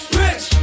rich